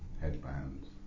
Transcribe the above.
Headbands